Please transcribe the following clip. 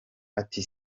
ati